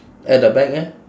at the back eh